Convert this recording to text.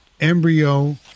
embryo